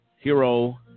hero